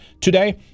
today